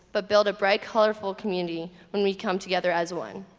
but build a bright colorful community when we come together as one